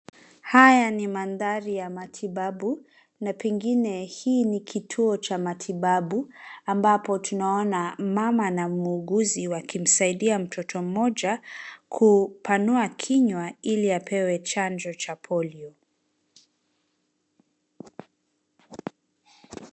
Haya ni mandhari ya matibabu na pengine hii ni kituo cha matibabu ambapo tunaona mama na muuguzi wakimsaidia mtoto mmoja kupanua kinywa ili apewe chanjo cha polio.